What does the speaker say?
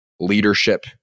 leadership